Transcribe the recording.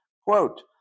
Quote